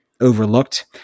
overlooked